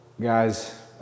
guys